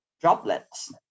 droplets